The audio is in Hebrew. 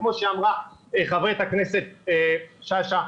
וכמו שאמרה חברת הכנסת שאשא,